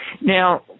Now